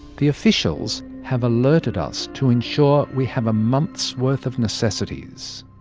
the officials have alerted us to ensure we have a month's worth of necessities.